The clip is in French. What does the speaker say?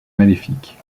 maléfique